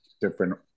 different